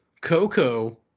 Coco